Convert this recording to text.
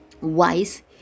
wise